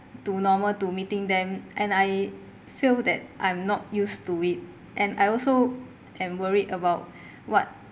to normal to meeting them and I feel that I'm not used to it and I also am worried about what